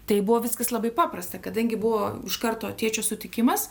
tai buvo viskas labai paprasta kadangi buvo iš karto tėčio sutikimas